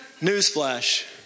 Newsflash